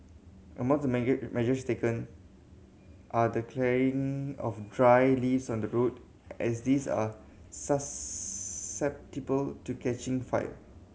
among the measures taken are the clearing of dry leaves on road as these are susceptible to catching fire